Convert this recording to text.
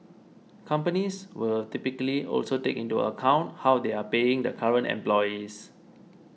companies will typically also take into account how they are paying the current employees